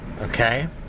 okay